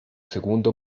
segundo